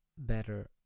better